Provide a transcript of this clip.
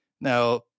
Now